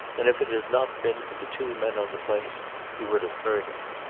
and if it had not been for the two men on the place he would have hurt him.